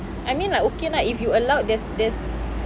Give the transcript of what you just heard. I mean like okay lah if you allowed there's there's